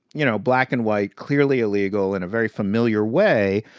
you know, black-and-white, clearly illegal in a very familiar way,